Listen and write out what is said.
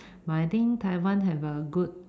but I think Taiwan have a good